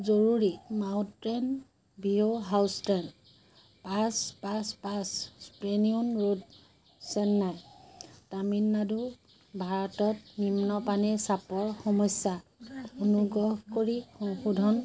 জৰুৰী Mountain View house ten পাঁচ পাঁচ পাঁচ পেন্থিওন ৰোড চেন্নাই তামিলনাডু ভাৰতত নিম্ন পানীৰ চাপৰ সমস্যা অনুগ্ৰহ কৰি সংশোধন